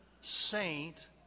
saint